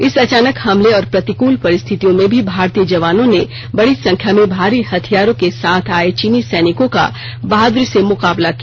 इस अचानक हमले और प्रतिकूल परिस्थितियों में भी भारतीय जवानों ने बड़ी संख्या में भारी हथियारों के साथ आए चीनी सैनिकों का बहाद्री से मुकाबला किया